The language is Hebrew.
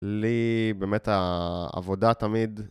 לי באמת העבודה תמיד...